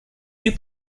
you